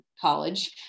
college